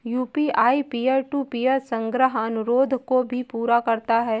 UPI peer to peer संग्रह अनुरोध को भी पूरा करता है